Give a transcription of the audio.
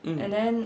mm